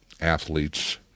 athletes